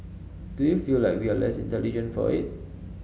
do you feel like we are less intelligent for it